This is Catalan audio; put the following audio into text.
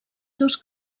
seus